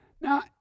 Now